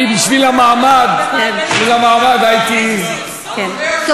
אני, בשביל המעמד, הייתי, במעגלים, איזה סלסול.